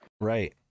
right